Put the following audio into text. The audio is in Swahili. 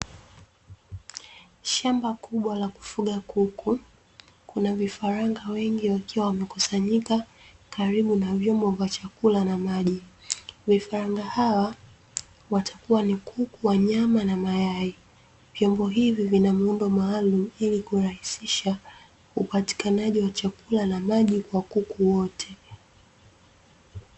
Shamba kubwa la kufuga kuku, kuna vifaranga wengi wakiwa wamekusanyika karibu na vyombo vya chakula na maji. Vifaranga hawa watakuwa ni kuku wa nyama na mayai. Vyombo hivi vina muundo maalumu ili kurahisisha upatikanaji wa chakula na maji kwa kuku wote.